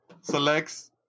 selects